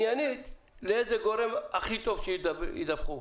לאיזה גורם הכי טוב שידווחו.